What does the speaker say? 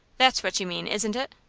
that's what you mean, isn't it?